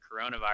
coronavirus